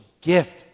gift